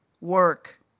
work